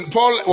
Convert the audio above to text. Paul